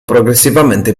progressivamente